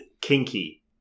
kinky